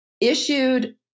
issued